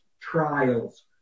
trials